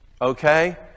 Okay